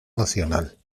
nacional